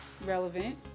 relevant